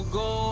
go